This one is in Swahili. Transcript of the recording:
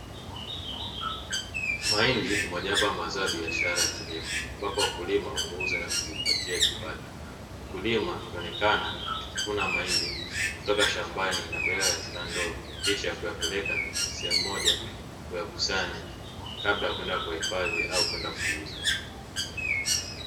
Mahindi ni mojawapo ya zao la biashara ya kilimo, ambapo wakulima huuza na kijipatia kipato. Mkulima akionekana akivuna mahindi kutoka shambani na kuyaweka katika ndoo, Kisha kuyapeleka sehemu moja na kuyakusanya kabla ya kwenda kuyahifadhi au kwenda kuuza.